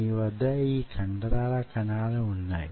మీ వద్ద యీ కండరాల కణాలు వున్నాయి